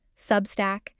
Substack